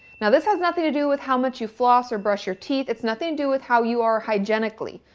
now this has nothing to do with how much you floss or brush your teeth it's nothing to do with how you are hygienically.